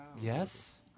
Yes